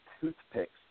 toothpicks